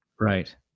Right